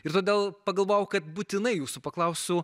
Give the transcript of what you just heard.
ir tada pagalvojau kad būtinai jūsų paklausiu